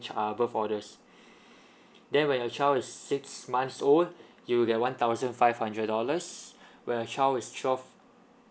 uh above orders then when your child is six months old you get one thousand five hundred dollars when your child is twelve